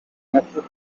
mufuka